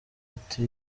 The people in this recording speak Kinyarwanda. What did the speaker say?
ati